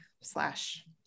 slash